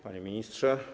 Panie Ministrze!